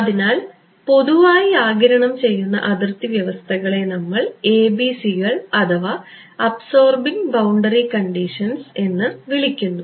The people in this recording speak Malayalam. അതിനാൽ പൊതുവായി ആഗിരണം ചെയ്യുന്ന അതിർത്തി വ്യവസ്ഥകളെ നമ്മൾ ABC കൾ അഥവാ അബ്സോർബിംഗ് ബൌണ്ടറി കണ്ടീഷൻസ് എന്ന് വിളിക്കുന്നു